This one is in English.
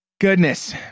Goodness